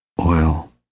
Oil